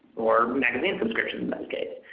or magazine subscriptions in this case.